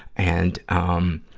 and, um,